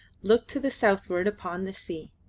looked to the southward upon the sea.